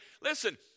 Listen